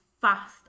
fast